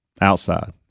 outside